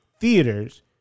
theaters